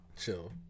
Chill